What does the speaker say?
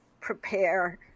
prepare